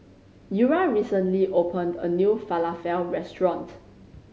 Eura recently opened a new Falafel Restaurant